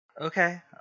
Okay